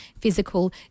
physical